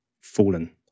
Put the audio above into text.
fallen